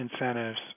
incentives